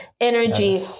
energy